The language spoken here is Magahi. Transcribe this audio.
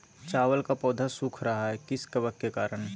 चावल का पौधा सुख रहा है किस कबक के करण?